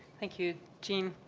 thank you, gene.